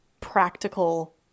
practical